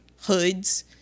hoods